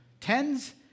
tens